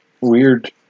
weird